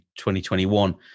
2021